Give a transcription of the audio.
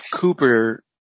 cooper